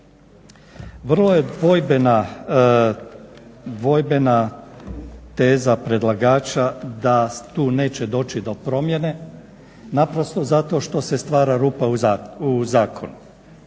Vrlo je dvojbena teza predlagača da tu neće doći do promjene naprosto zato što se stvara rupa u zakonu.